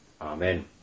Amen